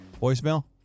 Voicemail